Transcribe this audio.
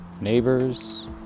neighbors